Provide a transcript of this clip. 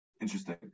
Interesting